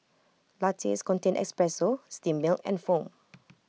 lattes contain espresso steamed milk and foam